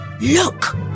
Look